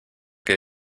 que